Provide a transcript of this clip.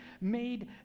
made